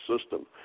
system